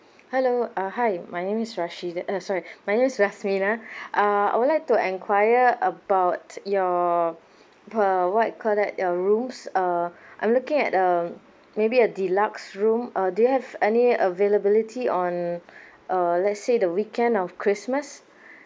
hello uh hi my name is rasheed~(uh) sorry my name is yasmina uh I would like to enquire about your uh what you call that your rooms uh I'm looking at um maybe a deluxe room uh do you have any availability on uh let's say the weekend of christmas